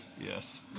Yes